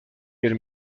del